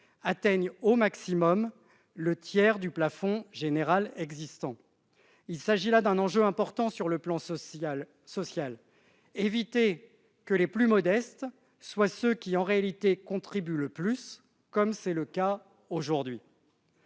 atteignent au maximum le tiers du plafond général existant. Il s'agit là d'un enjeu important sur le plan social : éviter que les plus modestes ne soient ceux qui contribuent le plus en réalité, comme c'est le cas aujourd'hui.